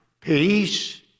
Peace